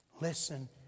Listen